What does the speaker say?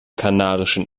kanarischen